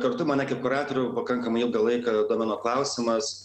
kartu mane kaip kuratorių pakankamai ilgą laiką domino klausimas